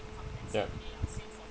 yup